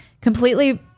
completely